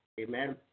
Amen